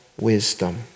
wisdom